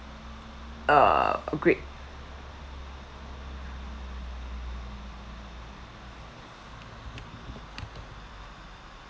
uh grape